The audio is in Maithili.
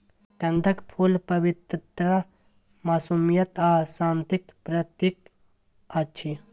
कंदक फुल पवित्रता, मासूमियत आ शांतिक प्रतीक अछि